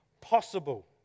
Possible